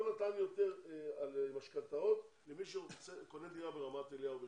לא נתן יותר משכנתאות למי שקונה דירה ברמת אליהו בראשון.